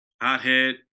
hothead